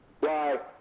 Right